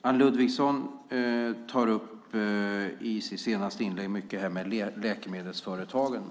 Anne Ludvigsson talade i sitt senaste inlägg mycket om läkemedelsföretagen.